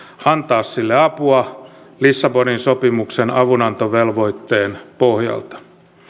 antaa sille apua lissabonin sopimuksen avunantovelvoitteen pohjalta